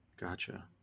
Gotcha